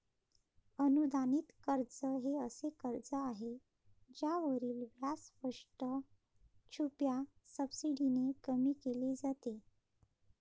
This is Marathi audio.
अनुदानित कर्ज हे असे कर्ज आहे ज्यावरील व्याज स्पष्ट, छुप्या सबसिडीने कमी केले जाते